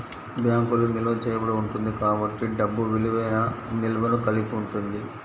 బ్యాంకులో నిల్వ చేయబడి ఉంటుంది కాబట్టి డబ్బు విలువైన నిల్వను కలిగి ఉంది